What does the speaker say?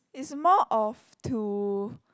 it's more of to